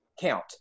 count